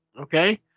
okay